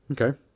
Okay